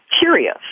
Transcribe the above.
curious